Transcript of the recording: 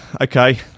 Okay